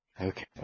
okay